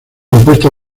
compuesta